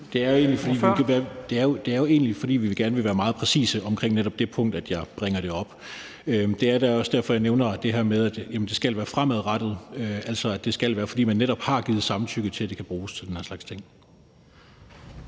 Det er jo egentlig, fordi vi gerne vil være meget præcise omkring netop det punkt, at jeg bringer det op. Det er da også derfor, jeg nævner det her med, at det skal være fremadrettet, altså at det skal være, fordi man netop har givet samtykke til, at det kan bruges til den her slags ting.